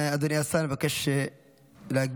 אדוני השר מבקש להשיב?